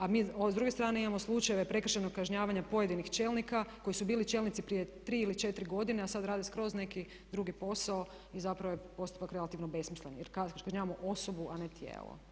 A mi s druge strane imamo slučajeve prekršajnog kažnjavanja pojedinih čelnika koji su bili čelnici prije tri ili četiri godine, a sada rade skroz neki drugi posao i zapravo je postupak relativno besmislen, jer kažnjavamo osobu, a ne tijelo.